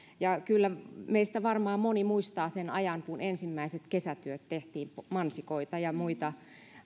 kyllä meistä varmaan moni muistaa sen ajan kun ensimmäiset kesätyöt tehtiin mansikoita ja muita